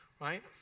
right